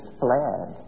fled